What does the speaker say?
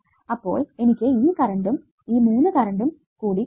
അപ്പോൾ എനിക്ക് ഈ 3 കറണ്ടും കൂടി കൂട്ടണം